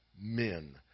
men